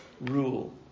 rule